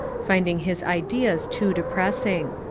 finding his ideas too depressing.